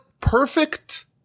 perfect